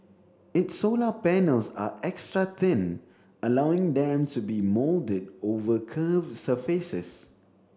its solar panels are extra thin allowing them to be moulded over curved surfaces